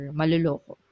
maluloko